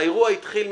האירוע התחיל,